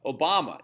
Obama